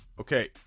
Okay